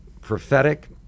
Prophetic